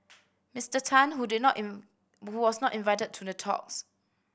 Mister Tan who did not who was not invited to the talks